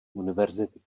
univerzity